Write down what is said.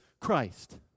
Christ